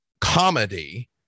comedy